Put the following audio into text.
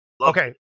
Okay